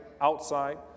outside